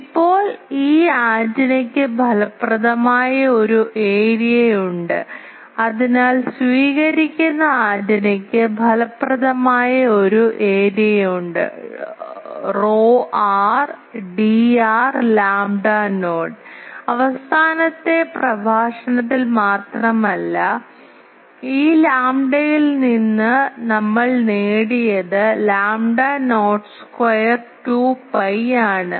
ഇപ്പോൾ ഈ ആന്റിനയ്ക്ക് ഫലപ്രദമായ ഒരു ഏരിയയുണ്ട് അതിനാൽ സ്വീകരിക്കുന്ന ആന്റിനയ്ക്ക് ഫലപ്രദമായ ഒരു ഏരിയയുണ്ട് ρr Dr lambda not അവസാനത്തെ പ്രഭാഷണത്തിൽ മാത്രമല്ല ഈ ലാംഡയിൽ നിന്ന് ഞങ്ങൾ നേടിയത് lambda not square 2 pi ആണ്